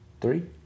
three